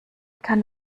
kann